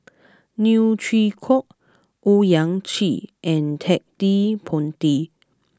Neo Chwee Kok Owyang Chi and Ted De Ponti